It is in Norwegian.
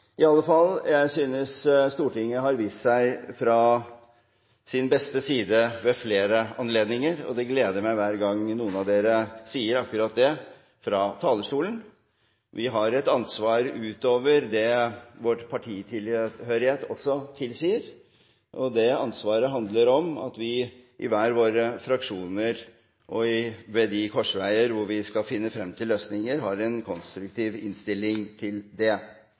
I alle fall: Jeg synes Stortinget har vist seg fra sin beste side ved flere anledninger, og det gleder meg hver gang noen av dere gjør akkurat det fra talerstolen. Vi har et ansvar utover det vår partitilhørighet tilsier, og det ansvaret handler om at vi i hver våre fraksjoner og ved de korsveier vi skal finne frem til løsninger, har en konstruktiv innstilling. Det